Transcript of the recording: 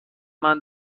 منم